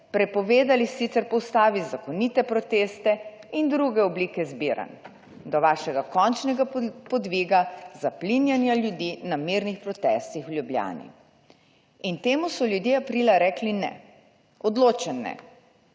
prepovedali sicer po ustavi zakonite proteste in druge oblike zbiranj do vašega končnega podviga zaplinjenja ljudi na mirnih protestih v Ljubljani. In temu so ljudje aprila rekli ne, odločen ne.